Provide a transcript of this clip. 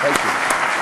עשו ניסיונות קשים,